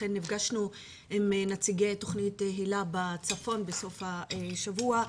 אכן נפגשנו עם נציגי תוכניות היל"ה בצפון בסוף השבוע.